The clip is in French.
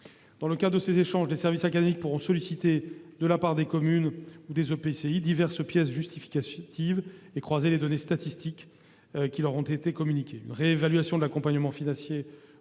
Dans le cadre de ces échanges, les services académiques pourront solliciter, de la part des communes ou des EPCI, diverses pièces justificatives et croiser les données statistiques qui leur auront été communiquées.